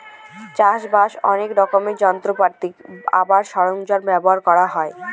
চাষ বাসে অনেক রকমের যন্ত্রপাতি আর সরঞ্জাম ব্যবহার করা হয়